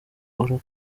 aho